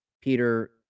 Peter